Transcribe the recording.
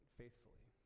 faithfully